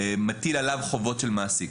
מטיל עליו חובות של מעסיק.